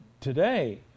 today